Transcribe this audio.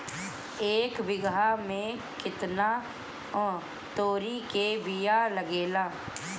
एक बिगहा में केतना तोरी के बिया लागेला?